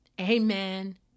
Amen